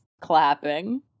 clapping